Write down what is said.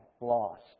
lost